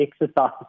exercise